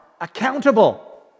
accountable